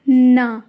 না